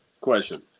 Question